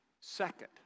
Second